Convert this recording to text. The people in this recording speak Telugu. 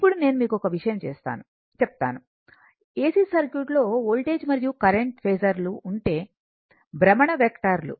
ఇప్పుడునేను మీకు ఒక విషయం చెప్తాను ఏసీ సర్క్యూట్ లో వోల్టేజ్ మరియు కరెంట్ ఫేసర్ లు అంటే భ్రమణ వెక్టార్ లు